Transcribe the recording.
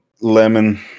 Lemon